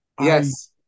Yes